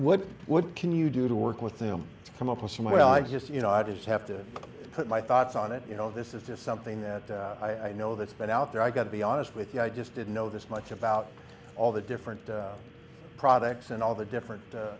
what what can you do to work with them to come up with some well i just you know i just have to put my thoughts on it you know this is just something that i know this but out there i got to be honest with you i just didn't know this much about all the different products and all the different